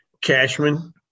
Cashman